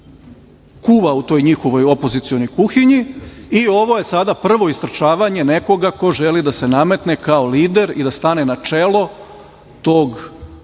kuva u toj njihovoj opozicionoj kuhinji i ovo je sada prvo istrčavanje nekoga ko želi da se nametne kao lider i da stane na čelo tog